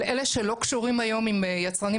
אבל אלה שלא קשורים היום עם יצרנים